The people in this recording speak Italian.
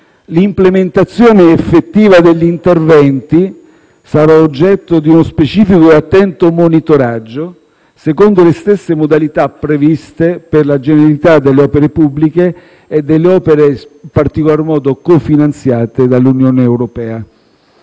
L'implementazione effettiva degli interventi sarà oggetto di uno specifico e attento monitoraggio, secondo le stesse modalità previste per la generalità delle opere pubbliche e delle opere in particolar modo cofinanziate dall'Unione europea.